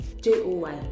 J-O-Y